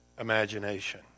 imagination